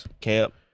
Camp